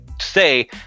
say